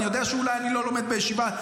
אני יודע שאני אולי לא לומד בישיבה,